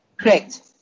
Correct